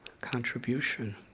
contribution